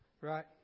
right